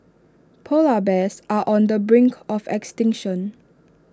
Polar Bears are on the brink of extinction